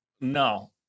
No